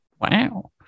Wow